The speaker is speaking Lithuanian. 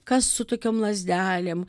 kas su tokiom lazdelėm